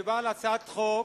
מדובר בהצעת חוק